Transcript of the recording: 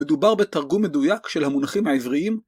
מדובר בתרגום מדויק של המונחים העבריים.